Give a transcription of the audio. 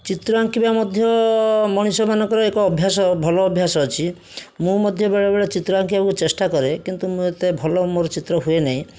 ଚିତ୍ର ଆଙ୍କିବା ମଧ୍ୟ ମଣିଷମାନଙ୍କର ଏକ ଅଭ୍ୟାସ ଭଲ ଅଭ୍ୟାସ ଅଛି ମୁଁ ମଧ୍ୟ ବେଳେବେଳେ ଚିତ୍ର ଆଙ୍କିବାକୁ ଚେଷ୍ଟା କରେ କିନ୍ତୁ ଏତେ ଭଲ ମୋର ଚିତ୍ର ହୁଏନାହିଁ